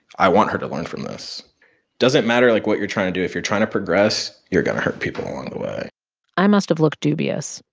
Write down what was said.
i want her to learn from this doesn't matter, like, what you're trying to do. if you're trying to progress, you're going to hurt people along the way i must've looked dubious.